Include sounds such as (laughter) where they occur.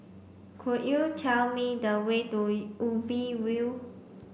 could you tell me the way to (unintelligible) Ubi View